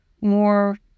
more